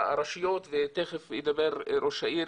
הרשויות ותיכף ידבר ראש העיר